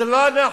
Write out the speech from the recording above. זה לא אנחנו.